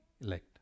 elect